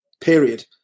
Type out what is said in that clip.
period